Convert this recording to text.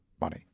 money